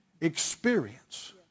Experience